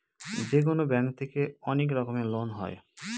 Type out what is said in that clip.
যেকোনো ব্যাঙ্ক থেকে অনেক রকমের লোন হয়